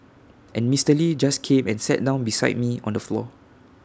and Mister lee just came and sat down beside me on the floor